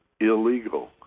illegal